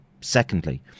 Secondly